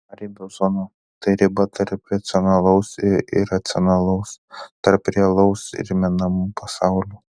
paribio zona tai riba tarp racionalaus ir iracionalaus tarp realaus ir menamų pasaulių